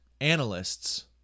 analysts